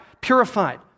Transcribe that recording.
purified